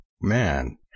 Man